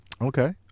Okay